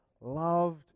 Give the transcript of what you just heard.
loved